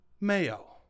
mayo